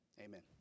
Amen